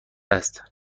است